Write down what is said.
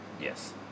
yes